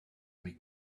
meet